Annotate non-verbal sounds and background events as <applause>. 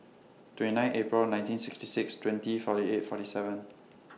twenty nine April nineteen sixty six twenty forty eight forty seven <noise>